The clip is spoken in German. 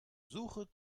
suche